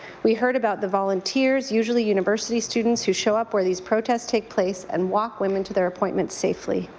we heard about the volunteers usually university students who show up where these protests take place and walk women to their appointments safely.